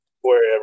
wherever